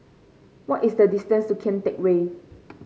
what is the distance to Kian Teck Way